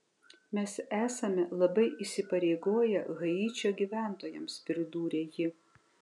mes esame labai įsipareigoję haičio gyventojams pridūrė ji